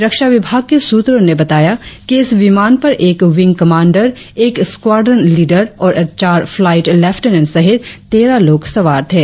रक्षा विभाग के सूत्रों ने बताया कि इस विमान पर एक विंग कमांडर एक स्कवाड्रन लीडर और चार फ्लाइट लेफ्टिनेंट सहित तेरह लोग सवार थे